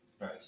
Right